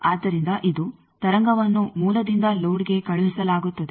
ಆದ್ದರಿಂದ ಇದು ತರಂಗವನ್ನು ಮೂಲದಿಂದ ಲೋಡ್ಗೆ ಕಳುಹಿಸಲಾಗುತ್ತದೆ